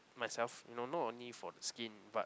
myself you know not only for the skin but